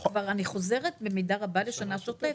אני חוזרת במידה רבה לשנה שוטפת,